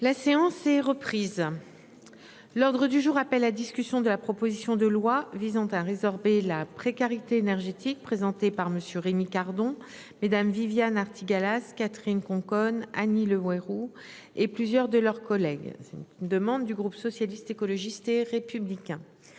La séance est reprise. L'ordre du jour appelle à discussion de la proposition de loi visant à résorber la précarité énergétique présentée par Monsieur Rémy Cardon mesdames Viviane Artigalas, Catherine Conconne, Annie Le Houerou et plusieurs de leurs collègues. C'est une demande du groupe socialiste, écologiste et républicain